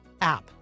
app